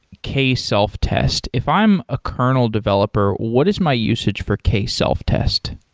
k self-test. if i'm a kernel developer, what is my usage for k self-test?